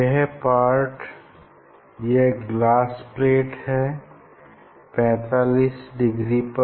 यह पार्ट यह glass plate है 45 डिग्री पर